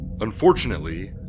Unfortunately